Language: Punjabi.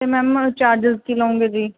ਅਤੇ ਮੈਮ ਚਾਰਜਸ ਕੀ ਲਉਂਗੇ ਜੀ